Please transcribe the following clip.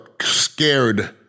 scared